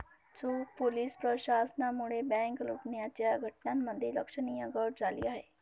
चोख पोलीस प्रशासनामुळे बँक लुटण्याच्या घटनांमध्ये लक्षणीय घट झाली आहे